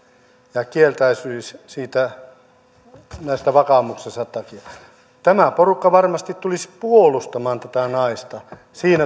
ja kieltäytyisi siitä vakaumuksensa takia tuo porukka varmasti tulisi puolustamaan tätä naista siinä